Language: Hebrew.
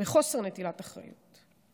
וחוסר נטילת אחריות.